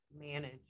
manage